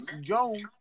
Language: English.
Jones